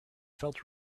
felt